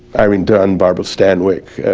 irene dunne, barbara stanwyck,